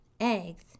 eggs